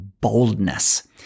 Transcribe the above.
boldness